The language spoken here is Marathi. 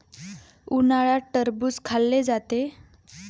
उन्हाळ्यात टरबूज खाल्ले जाते